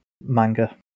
manga